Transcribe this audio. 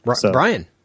Brian